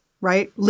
right